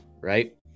right